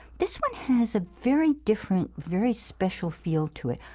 this one has a very different, very special feel to it.